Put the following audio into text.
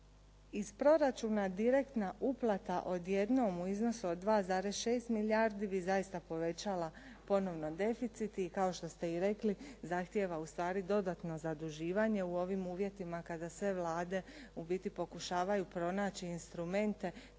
Iz proračuna direktna uplata odjednom u iznosu od 2,6 milijardi bi zaista povećala ponovno deficit i kao što ste i rekli zahtijeva u stvari dodatno zaduživanje u ovim uvjetima kada sve Vlade u biti pokušavaju pronaći instrumente